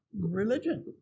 religion